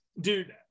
Dude